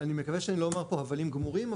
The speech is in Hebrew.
אני מקווה שאני לא אומר פה הבלים גמורים.